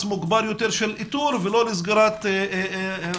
מוגבר יותר של איתור ולא לסגירת מסגרות,